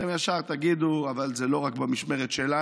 אתם ישר תגידו: אבל זה לא רק במשמרת שלנו,